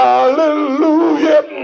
Hallelujah